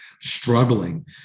struggling